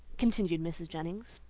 continued mrs. jennings.